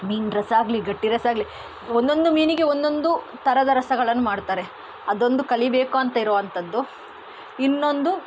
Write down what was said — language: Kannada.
ಮೀನು ರಸ ಆಗಲಿ ಗಟ್ಟಿ ರಸ ಆಗಲಿ ಒಂದೊಂದು ಮೀನಿಗೆ ಒಂದೊಂದು ಥರದ ರಸಗಳನ್ನು ಮಾಡ್ತಾರೆ ಅದೊಂದು ಕಲಿಯಬೇಕು ಅಂತ ಇರುವಂಥದ್ದು ಇನ್ನೊಂದು